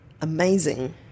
amazing